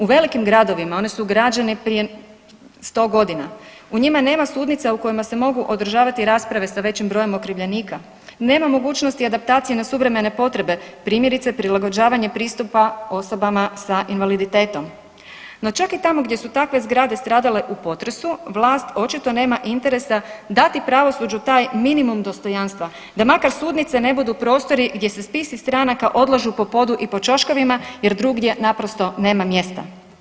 U velikim gradovima one su građene prije 100 g., u njima nema sudnica u kojima se mogu održavati rasprave a većim brojem okrivljenika, nema mogućnosti adaptacije na suvremene potrebe, primjerice prilagođavanje pristupa osobama sa invaliditetom. no čak i tamo gdje su takve zgrade stradale u potresu, vlast očito nema interesa dati pravosuđu taj minimum dostojanstva, da makar sudnice ne budu prostori gdje se spisi stranaka odlažu po podu i po ćoškovima jer drugdje naprosto nema mjesta.